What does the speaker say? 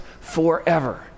forever